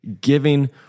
giving